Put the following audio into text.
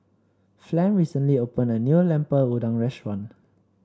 Flem recently opened a new Lemper Udang Restaurant